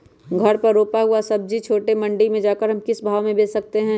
घर पर रूपा हुआ सब्जी छोटे मंडी में जाकर हम किस भाव में भेज सकते हैं?